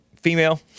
female